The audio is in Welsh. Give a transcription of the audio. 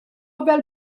fel